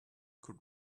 could